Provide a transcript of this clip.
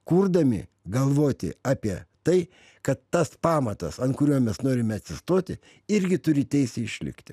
kurdami galvoti apie tai kad tas pamatas ant kurio mes norime atsistoti irgi turi teisę išlikti